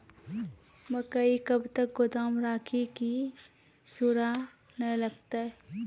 मकई कब तक गोदाम राखि की सूड़ा न लगता?